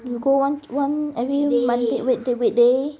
you go one one every monday weekday weekday